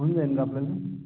होऊन जाईल का आपल्याला